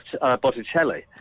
Botticelli